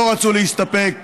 לא רצו להסתפק